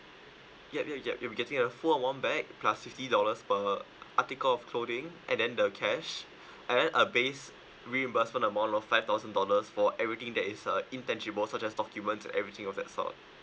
yup yup yup you'll getting a full of one bag plus fifty dollars per article of clothing and then the cash add a base reimbursement amount of five thousand dollars for everything that is uh intangible such as documents everything of that sort